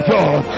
God